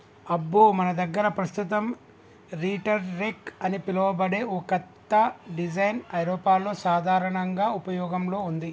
అబ్బో మన దగ్గర పస్తుతం రీటర్ రెక్ అని పిలువబడే ఓ కత్త డిజైన్ ఐరోపాలో సాధారనంగా ఉపయోగంలో ఉంది